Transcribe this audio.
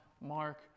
Mark